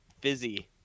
fizzy